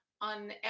on